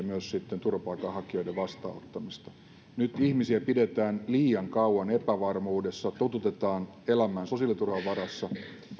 myös turvapaikanhakijoiden vastaanottamista nyt ihmisiä pidetään liian kauan epävarmuudessa totutetaan elämään sosiaaliturvan varassa